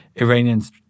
Iranians